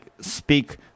speak